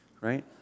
right